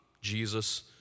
Jesus